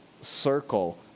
Circle